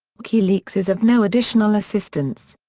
wikileaks is of no additional assistance.